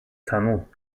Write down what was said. tunnel